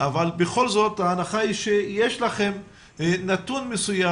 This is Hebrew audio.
אבל בכל זאת ההנחה היא שיש לכם נתון מסוים